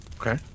Okay